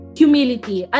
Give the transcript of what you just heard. humility